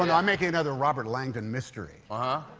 and i'm making another robert langdon mystery. ah